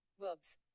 Verbs